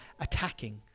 attacking